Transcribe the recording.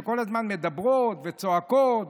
שכל הזמן מדברים וצועקים?